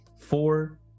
four